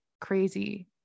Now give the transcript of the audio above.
crazy